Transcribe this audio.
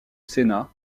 sénat